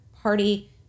Party